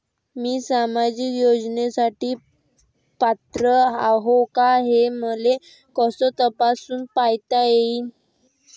मी सामाजिक योजनेसाठी पात्र आहो का, हे मले कस तपासून पायता येईन?